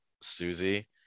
Susie